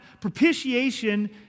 Propitiation